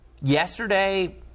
Yesterday